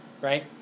right